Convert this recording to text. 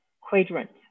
quadrant